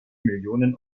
millionen